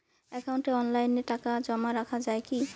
একাউন্টে অনলাইনে টাকা জমা রাখা য়ায় কি?